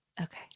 Okay